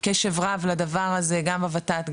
קשב רב לדבר הזה גם הות"ת,